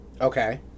Okay